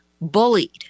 bullied